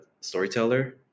storyteller